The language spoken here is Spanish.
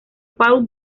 paul